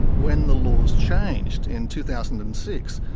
when the laws changed in two thousand and six,